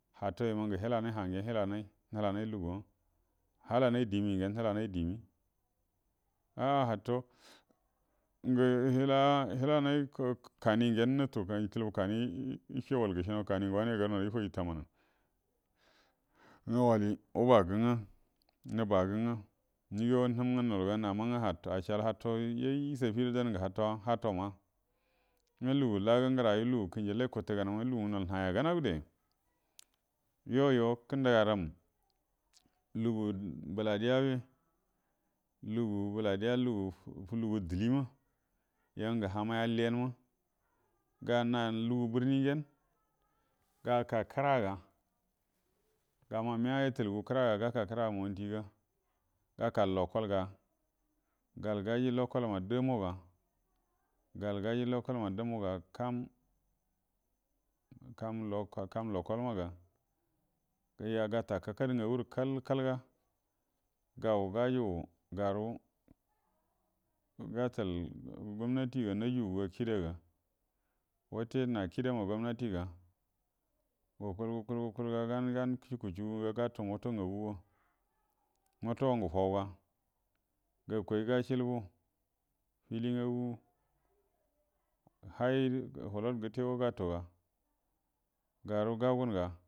Hatou yuma ngə həlanay ha ngyen həlanay həlanay lugu’a, həlanay diemi gyen həlanay diemi, əi mato um ngə həlana kanie gyen yə tuə nəce wal gəcie naw kanie ngə wanə garua gərə yəfajju tammanan, ngwə walie wubaga ngwə, nəbagə ngwə acəal hato yay ngə sabi guəro dan gə ato a ngwə lugu lagə gərayu lugu ngə kənjallie guntəgana’a lugungə nol nahay a gana’a gutoya, yuoyo kədaram lugu bəla diabə, lugu bəla dia lugu dəliəma, yuo ngə hamay alliyən ma ga a lugu birnin gyen gaka kəra ga gama mia yatəal gu kəra ga gaka monti ga, gaka lekol ga gal gaji lekolma dumu ga, gal gaji lekol ma dumu ga kam kam lekol maga, gata kakadə ngagu rə kal kal ga gau gajugu garud gatat gumnati ga najugu ga kida watə ni kida ma gumnati ga gukuəl gukuəl gukuəl ga ganie gan cuku cuku ga gatu moto ngagu, moto nga fauw ga ga koy gacəlbuə fili ngagu hay flot gətə go gatu ga garu gagumga.